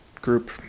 group